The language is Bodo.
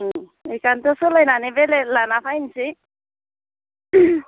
एखायन्थ' सोलायनानै बेलेग लाना हायसै